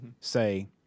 say